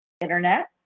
internet